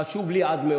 חשוב לי עד מאוד,